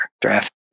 draft